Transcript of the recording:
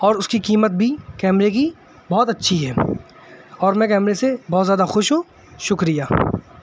اور اس کی قیمت بھی کیمرے کی بہت اچھی ہے اور میں کیمرے سے بہت زیادہ خوش ہوں شکریہ